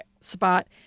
spot